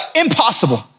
impossible